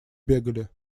бегали